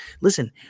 listen